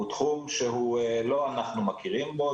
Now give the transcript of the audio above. הוא תחום שלא אנחנו מכירים בו,